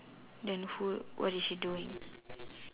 and who what is she doing